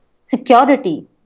security